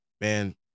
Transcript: Man